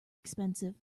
expensive